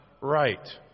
Right